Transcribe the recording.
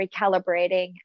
recalibrating